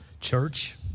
Church